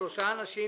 שלושה ---?